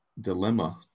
dilemma